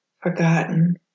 forgotten